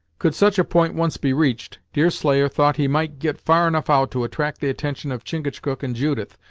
could such a point once be reached, deerslayer thought he might get far enough out to attract the attention of chingachgook and judith,